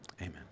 Amen